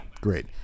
great